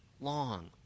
long